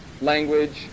language